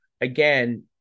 again